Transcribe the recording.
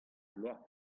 bloaz